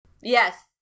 Yes